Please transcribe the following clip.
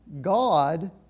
God